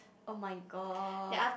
oh-my-god